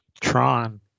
Tron